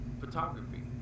photography